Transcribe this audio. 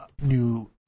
new